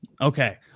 Okay